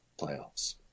playoffs